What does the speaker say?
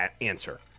answer